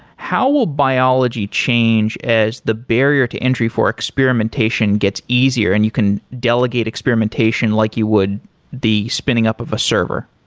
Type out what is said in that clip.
how will biology change as the barrier to entry for experimentation gets easier and you can delegate experimentation like you would the spinning up of a server?